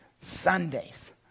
Sundays